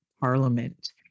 parliament